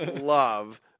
love